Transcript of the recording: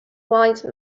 wise